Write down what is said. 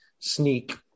sneak